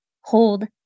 hold